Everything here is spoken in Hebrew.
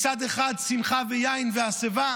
מצד אחד שמחה ויין והסבה,